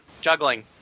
Juggling